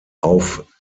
auf